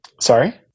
Sorry